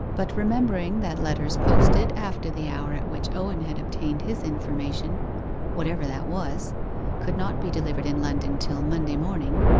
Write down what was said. but remembering that letters posted after the hour at which owen had obtained his information whatever that was could not be delivered in london till monday morning,